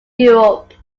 europe